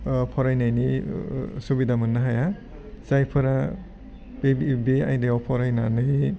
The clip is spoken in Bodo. फरायनायनि सुबिदा मोननो हाया जायफोरा बे आयदायाव फरायनानै